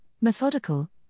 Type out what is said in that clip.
methodical